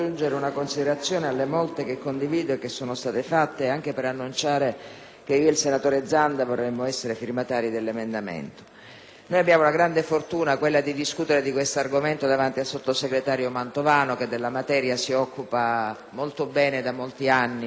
Abbiamo la grande fortuna di discutere di questo argomento davanti al sottosegretario Mantovano, che della materia si occupa molto bene da anni (sono almeno tre o quattro legislature che il sottosegretario Mantovano se ne occupa anche da deputato).